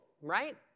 right